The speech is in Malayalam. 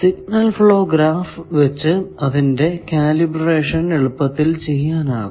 സിഗ്നൽ ഫ്ലോ ഗ്രാഫ് വച്ച് അതിന്റെ കാലിബ്രേഷൻ എളുപ്പത്തിൽ ചെയ്യാനാകും